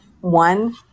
One